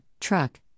Truck